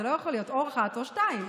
זה לא יכול להיות, או אחת או שתיים.